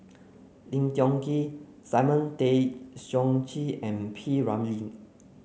Lim Tiong Ghee Simon Tay Seong Chee and P Ramlee